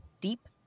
deep